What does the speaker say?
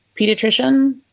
pediatrician